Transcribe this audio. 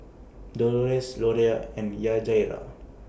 Dolores Loria and Yajaira